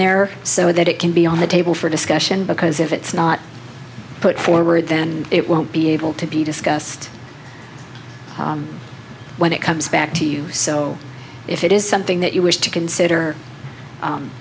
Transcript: there so that it can be on the table for discussion because if it's not put forward then it won't be able to be discussed when it comes back to you so if it is something that you wish to consider